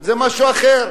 זה משהו אחר.